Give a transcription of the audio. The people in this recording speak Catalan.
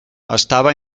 estava